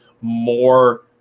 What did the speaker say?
more